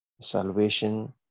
Salvation